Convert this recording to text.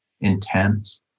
intense